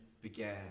began